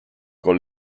con